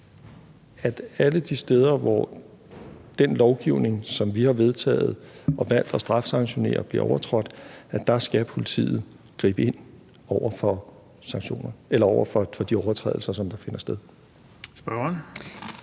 at alle de steder, hvor den lovgivning, som vi har vedtaget og valgt at strafsanktionere, bliver overtrådt, skal politiet gribe ind over for de overtrædelser, der finder sted.